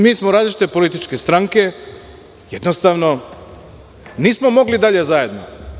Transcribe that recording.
Mi smo različite političke stranke i jednostavno nismo mogli dalje zajedno.